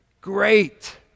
Great